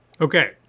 Okay